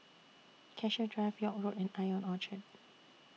Cassia Drive York Road and Ion Orchard